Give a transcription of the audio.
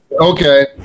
Okay